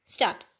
Start